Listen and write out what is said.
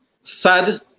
sad